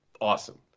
awesome